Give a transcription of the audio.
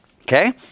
Okay